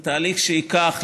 זה תהליך שייקח,